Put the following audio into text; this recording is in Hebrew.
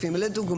לדוגמה,